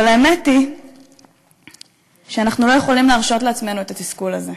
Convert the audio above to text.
אבל האמת היא שאנחנו לא יכולים להרשות לעצמנו את התסכול הזה,